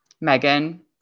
Megan